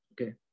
Okay